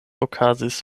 okazis